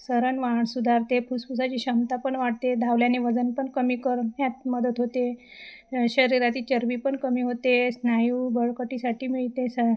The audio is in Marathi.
सरण वाहन सुधारते फुफ्फुसाची क्षमता पण वाढते धावल्याने वजन पण कमी करून ह्यात मदत होते शरीरात चरबी पण कमी होते स्नायू बळकटीसाठी मिळते सा